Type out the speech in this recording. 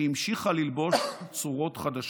שהמשיכה ללבוש צורות חדשות.